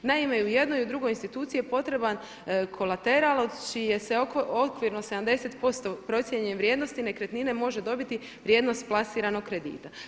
Naime, u jednoj i u drugoj instituciji je potreban kolateral od čije se okvirno 70% procijenjene vrijednosti nekretnine može dobiti vrijednost plasiranog kredita.